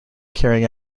carrying